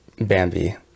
bambi